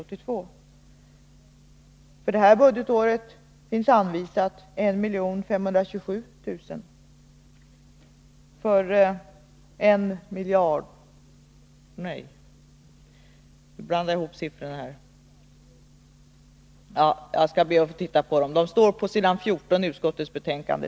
För innevarande budgetår har för verksamheten med lönebidrag anvisats 1 527 milj.kr.